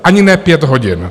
Ani ne pět hodin!